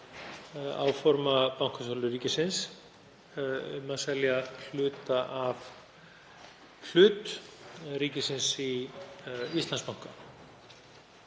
áforma Bankasýslu ríkisins um að selja hlut ríkisins í Íslandsbanka.